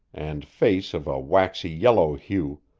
and face of a waxy yellow hue,